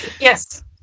Yes